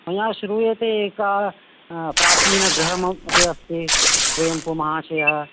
मया श्रूयते एका प्राचीनगृहम् अपि अस्ति कुवेंपु माहाशयः